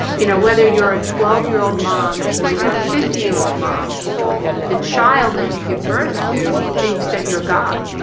you know whether you're a twelve year old mom or you're a fifty year old mom the child that you give birth to thinks that you're god